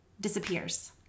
disappears